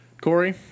Corey